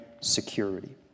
security